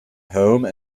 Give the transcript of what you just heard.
home